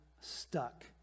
stuck